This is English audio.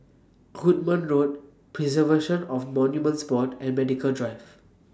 Goodman Road Preservation of Monuments Board and Medical Drive